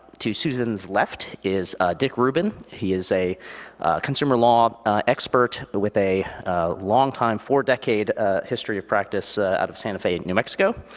to susan's left is dick rubin. he is a consumer law expert with a long-time, four-decade ah history of practice out of santa fe, new mexico.